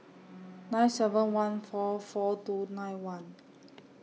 nine seven one four four two nine one